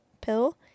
pill